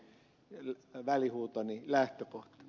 tämä oli välihuutoni lähtökohta